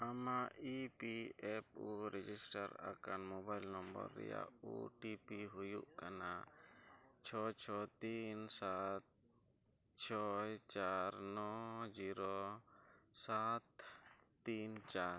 ᱟᱢᱟᱜ E P F O register ᱟᱠᱟᱱ mobile number ᱨᱮᱱᱟᱜ ᱳ ᱴᱤ ᱯᱤ ᱦᱩᱭᱩᱜ ᱠᱟᱱᱟ ᱪᱷᱚ ᱪᱷᱚ ᱛᱤᱱ ᱥᱟᱛ ᱪᱷᱚᱭ ᱪᱟᱨ ᱱᱚᱭ ᱡᱤᱨᱳ ᱥᱟᱛ ᱛᱤᱱ ᱪᱟᱨ